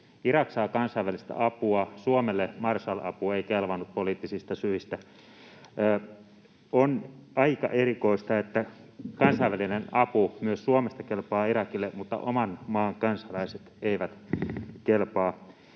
Irak saa kansainvälistä apua. Suomelle Marshall-apu ei kelvannut poliittista syistä. On aika erikoista, että kansainvälinen apu myös Suomesta kelpaa Irakille, mutta oman maan kansalaiset eivät kelpaa.